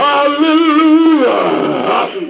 Hallelujah